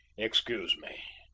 excuse me.